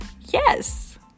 Yes